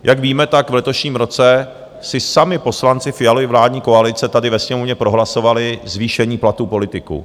Jak víme, tak v letošním roce si sami poslanci Fialovy vládní koalice tady ve Sněmovně prohlasovali zvýšení platů politiků.